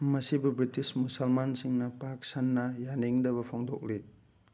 ꯃꯁꯤꯕꯨ ꯕ꯭ꯔꯤꯇꯤꯁ ꯃꯨꯁꯜꯃꯥꯟꯁꯤꯡꯅ ꯄꯥꯛ ꯁꯟꯅ ꯌꯥꯅꯤꯡꯗꯕ ꯐꯣꯡꯗꯣꯛꯂꯤ